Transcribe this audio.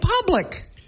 public